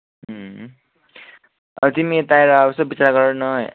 अँ तिमी यता आएर यसो विचार गर न